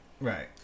right